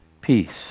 Peace